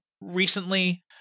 recently